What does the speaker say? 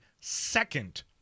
second